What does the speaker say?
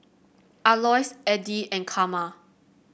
Alois Addie and Karma